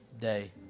day